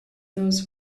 those